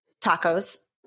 tacos